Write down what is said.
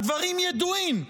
הדברים ידועים,